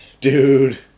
Dude